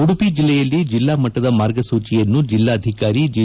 ಉಡುಪಿ ಜಿಲ್ಲೆಯಲ್ಲಿ ಜಿಲ್ಲಾಮಟ್ಟದ ಮಾರ್ಗಸೂಚಿಯನ್ನು ಜಿಲ್ಲಾಧಿಕಾರಿ ಜಿ